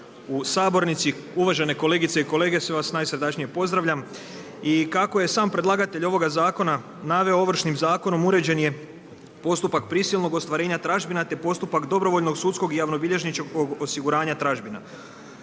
u sabornici, uvažene kolegice i kolege, sve vas najsrdačnije pozdravljam i kako se sam predlagatelj ovoga zakona naveo Ovršnim zakonom uređen je postupak prisilnog ostvarenja tražbina te postupak dobrovoljnog sudskog i javnobilježničkog osiguranja tražbina.